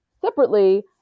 separately